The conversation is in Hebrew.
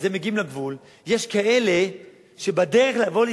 אז הם מגיעים לגבול, יש כאלה שהם בדרך לישראל,